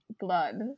blood